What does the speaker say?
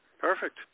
Perfect